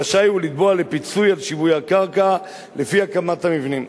רשאי הוא לתבוע לפיצוי על שווי הקרקע לפני הקמת המבנים.